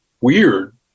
weird